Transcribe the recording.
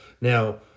Now